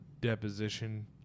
deposition